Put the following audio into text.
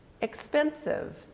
expensive